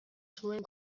zuen